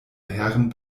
herren